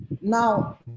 Now